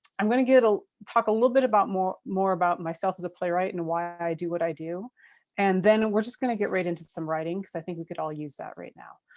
i'm gonna ah talk a little bit about, more more about myself as a playwright and why i do what i do and then we're just gonna get right into some writing because i think we could all use that right now.